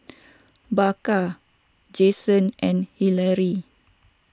Baker Jensen and Hillary